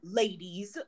ladies